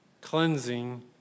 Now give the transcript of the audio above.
cleansing